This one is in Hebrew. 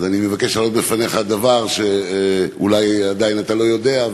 אז אני מבקש להעלות בפניך דבר שאולי עדיין אתה לא יודע,